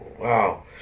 wow